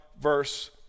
verse